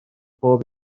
bob